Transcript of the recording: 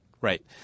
right